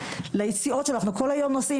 ואנחנו כל היום נושאים,